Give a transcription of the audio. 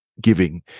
giving